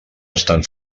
estan